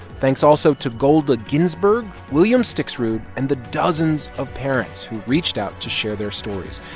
thanks, also, to golda ginsburg, william stixrud and the dozens of parents who reached out to share their stories,